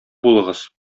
булыгыз